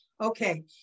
Okay